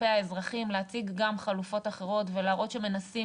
כלפי האזרחים להציג גם חלופות אחרות ולהראות שמנסים